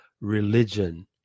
religion